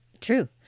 True